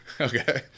okay